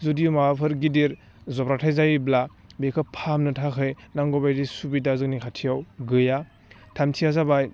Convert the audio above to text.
जुदि माबाफोर गिदिर जब्राथाय जायोब्ला बेखौ फाहामनो थाखाय नांगौ बायदि सुबिदा जोंनि खाथियाव गैया थामथिया जाबाय